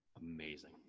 Amazing